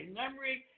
memory